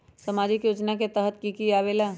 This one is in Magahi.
समाजिक योजना के तहद कि की आवे ला?